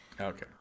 Okay